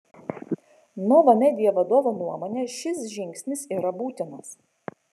nova media vadovo nuomone šis žingsnis yra būtinas